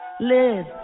live